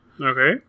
okay